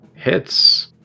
hits